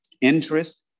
interest